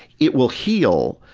it will heal,